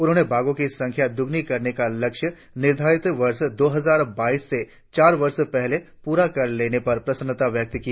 उन्होंने बाघों की संख्या दुगुनी करने का लक्ष्य निर्धारित वर्ष दो हजार बाईस से चार वर्ष पहले पूरा कर लेने पर प्रसन्नता व्यक्त की